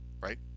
right